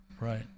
Right